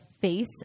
Face